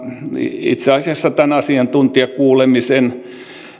itse asiassa tämän asiantuntijakuulemisen